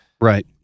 Right